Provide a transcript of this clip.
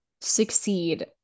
succeed